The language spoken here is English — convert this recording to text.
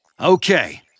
Okay